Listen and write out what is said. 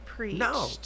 No